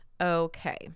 Okay